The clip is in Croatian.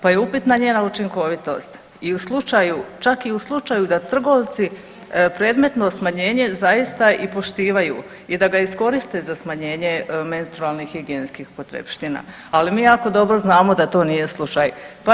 Pa je upitna njena učinkovitost i u slučaju, čak i u slučaju da trgovci predmetno smanjenje zaista i poštivaju i da ga iskoriste za smanjenje menstrualnih higijenskih potrepština, ali mi jako dobro znamo da to nije slučaj.